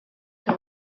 que